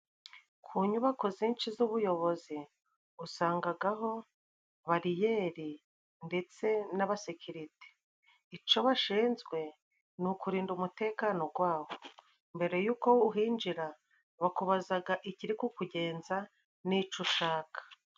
Kunyubako zinshi z'ubuyobozi usangagaho bariyeri ndetse n'abasekirite icyo bashinzwe ni ukurinda umutekano gwabo, mbere y'uko uhinjira bakubazaga ikiri kukugenza n'ico ushaka.